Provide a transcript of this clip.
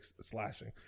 slashing